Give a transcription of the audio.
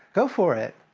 go for it!